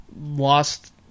lost